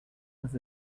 was